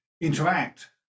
interact